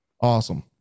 Awesome